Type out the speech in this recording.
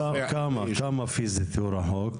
כל אחד מהתושבים שלי מנסה לבנות בית לילדים